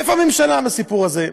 איפה הממשלה בסיפור הזה?